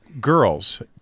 girls